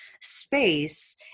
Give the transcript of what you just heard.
space